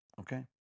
okay